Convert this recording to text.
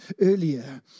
earlier